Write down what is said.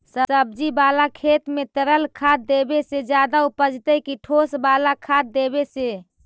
सब्जी बाला खेत में तरल खाद देवे से ज्यादा उपजतै कि ठोस वाला खाद देवे से?